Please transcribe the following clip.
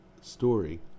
story